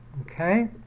Okay